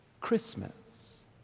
Christmas